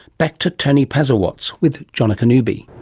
back to tony posawatz, with jonica newby.